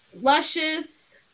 Luscious